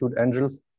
Angels